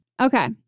Okay